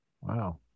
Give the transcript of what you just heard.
Wow